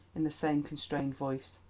in the same constrained voice.